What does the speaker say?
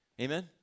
Amen